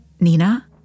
Nina